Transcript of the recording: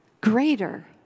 greater